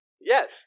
Yes